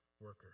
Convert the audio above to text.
worker